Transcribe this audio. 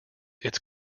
its